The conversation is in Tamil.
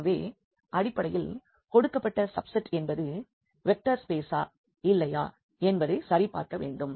எனவே அடிப்படையில் கொடுக்கப்பட்ட சப்செட் என்பது வெக்டர் ஸ்பேசா இல்லையா என்பதை சரிபார்க்க வேண்டும்